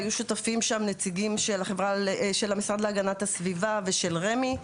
היו שותפים שם נציגים של המשרד להגנת הסביבה ושל רמ"י,